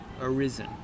arisen